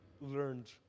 learned